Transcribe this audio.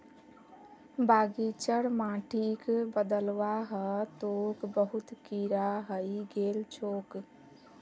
बगीचार माटिक बदलवा ह तोक बहुत कीरा हइ गेल छोक